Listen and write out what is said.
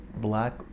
black